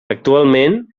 actualment